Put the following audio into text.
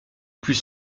plus